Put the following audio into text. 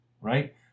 right